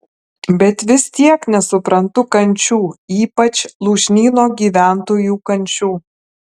bet vis tiek nesuprantu kančių ypač lūšnyno gyventojų kančių